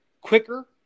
quicker